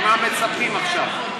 למה מצפים עכשיו?